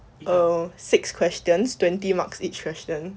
err six questions twenty marks each question